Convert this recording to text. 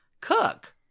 cook